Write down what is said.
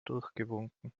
durchgewunken